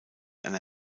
einer